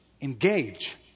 engage